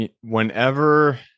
whenever